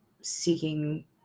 seeking